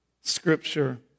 Scripture